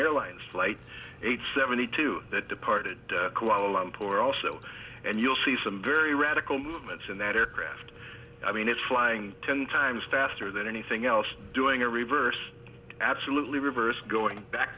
airlines flight eight seventy two the departed kuala lumpur also and you'll see some very radical movements in that aircraft i mean it's flying ten times faster than anything else doing a reverse absolutely reverse going back